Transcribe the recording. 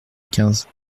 quinze